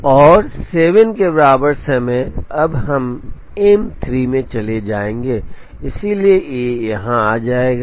और 7 के बराबर समय अब हम एम 3 में चले जाएंगे इसलिए यह यहां आएगा